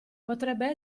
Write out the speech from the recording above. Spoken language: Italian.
potrebbe